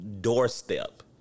doorstep